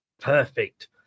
Perfect